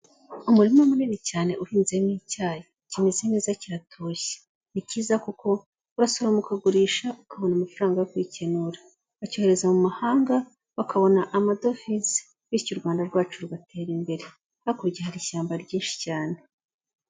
Umurima munini cyane uhinzemo icyayi kimeze neza kiratoshye. Ni cyiza kuko wasubiramo ukagurisha ukabona amafaranga yo kukenura, bacyohereza mu mahanga bakabona amadovize bityo u Rwanda rwacu rugatera imbere, hakurya hari ishyamba ryinshi cyane.